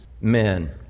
men